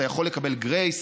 אתה יכול לקבל "גרייס",